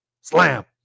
Slam